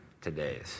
today's